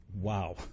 Wow